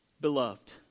beloved